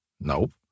Nope